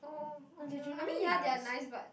oh okay orh ya I mean ya they are nice but